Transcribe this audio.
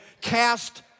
cast